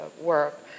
work